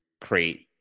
create